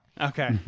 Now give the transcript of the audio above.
Okay